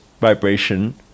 vibration